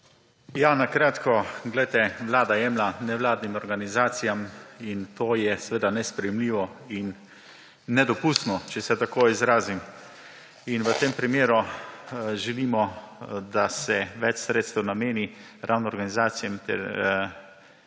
Na kratko. Poglejte, Vlada jemlje nevladnim organizacijam in to je seveda nesprejemljivo in nedopustno, če se tako izrazim. V tem primeru želimo, da se več sredstev nameni ravno organizacijam s